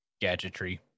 gadgetry